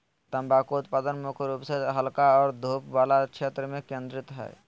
तम्बाकू उत्पादन मुख्य रूप से हल्का और धूप वला क्षेत्र में केंद्रित हइ